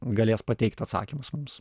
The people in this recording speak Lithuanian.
galės pateikt atsakymus mums